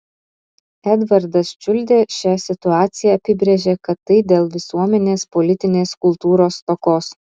edvardas čiuldė šią situaciją apibrėžė kad tai dėl visuomenės politinės kultūros stokos